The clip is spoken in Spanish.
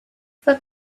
fue